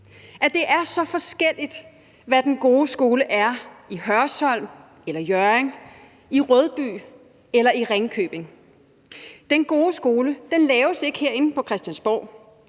at det er så forskelligt, hvad der er den gode skole i Hørsholm eller i Hjørring, i Rødby eller i Ringkøbing. Den gode skole laves ikke herinde på Christiansborg.